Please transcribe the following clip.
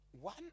one